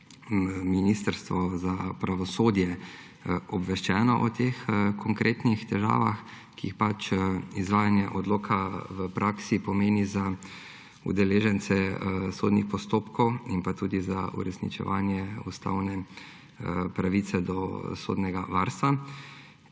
Ministrstvo za pravosodje obveščeno o teh konkretnih težavah, ki jih pač izvajanje odloka v praksi pomeni za udeležence sodnih postopkov in pa tudi za uresničevanje ustavne pravice do sodnega varstva.